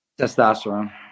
testosterone